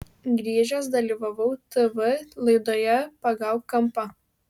grįžęs dalyvavau tv laidoje pagauk kampą